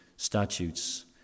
statutes